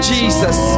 Jesus